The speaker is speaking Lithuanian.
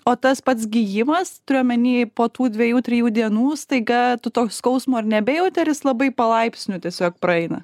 o tas pats gijimas turiu omeny po tų dviejų trijų dienų staiga tu to skausmo ir nebejauti ar jis labai palaipsniui tiesiog praeina